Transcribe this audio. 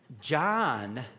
John